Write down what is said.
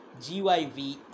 GYV